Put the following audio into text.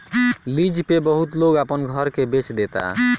lease पे बहुत लोग अपना घर के बेच देता